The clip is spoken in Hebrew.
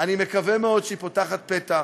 אני מקווה מאוד שהיא פותחת פתח